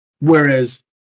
Whereas